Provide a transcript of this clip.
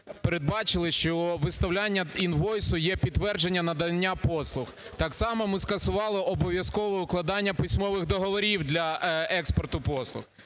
передбачили, що виставляння інвойсу є підтвердження надання послуг. Так само ми скасували обов'язкове укладання письмових договорів для експорту послуг.